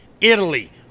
Italy